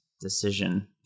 decision